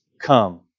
come